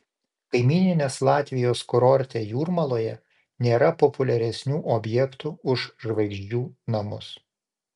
kaimyninės latvijos kurorte jūrmaloje nėra populiaresnių objektų už žvaigždžių namus